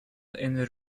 and